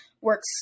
works